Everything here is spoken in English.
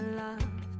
love